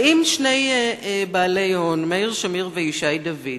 באים שני בעלי הון, מאיר שמיר וישי דוידי,